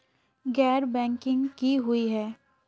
गैर बैंकिंग की हुई है?